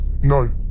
No